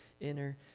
inner